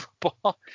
football